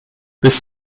bis